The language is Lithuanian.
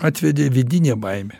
atvedė vidinė baimė